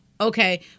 Okay